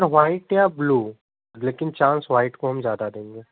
sir white या blue लेकिन chance white को हम ज्यादा देंगे